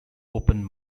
open